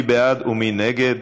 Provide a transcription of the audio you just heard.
מי בעד ומי נגד?